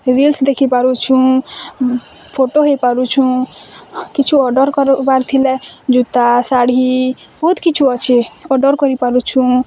reels ଦେଖିପାରୁଛୁଁ photo ହୋଇ ପାରୁଛୁଁ କିଛି ଅର୍ଡ଼ର୍ କରିବାରେ ଥିଲେ ଜୁତା ଶାଢ଼ୀ ବହୁତ୍ କିଛୁ ଅଛେ ଅର୍ଡ଼ର୍ କରି ପାରୁଛୁଁ